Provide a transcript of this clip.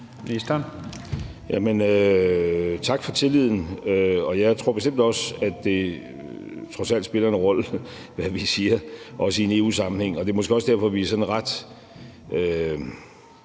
tak for tilliden. Jeg tror bestemt også, at det trods alt spiller en rolle, hvad vi siger, også i en EU-sammenhæng, og det er måske også derfor, at vi er